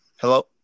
Hello